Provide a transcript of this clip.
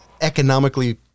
economically